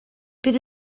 bydd